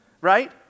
Right